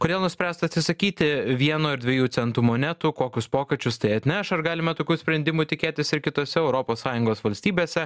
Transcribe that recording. kodėl nuspręsta atsisakyti vieno ir dviejų centų monetų kokius pokyčius tai atneš ar galime tokių sprendimų tikėtis ir kitose europos sąjungos valstybėse